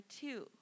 two